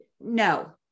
No